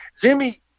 jimmy